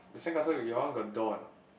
the sandcastle your one got doll or not